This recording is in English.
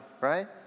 right